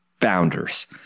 founders